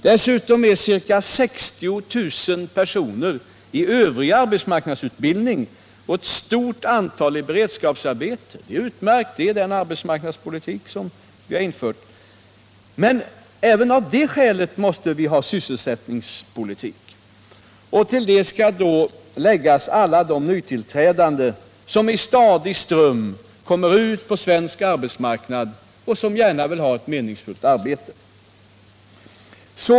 Dessutom finns ca 60 000 personer i övrig arbetsmarknadsutbildning och ett stort antal i beredskapsarbete. Det är utmärkt — det är den arbetsmarknadspolitik vi har infört. Men även här måste vi ha en sysselsättningspolitik. Och till detta skall läggas alla de nytillträdande som i stadig ström kommer ut på den svenska arbetsmarknaden och gärna vill ha ett meningsfullt arbete.